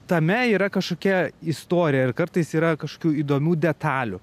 tame yra kažkokia istorija ir kartais yra kažkokių įdomių detalių